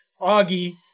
Augie